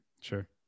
Sure